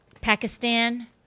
Pakistan